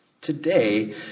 Today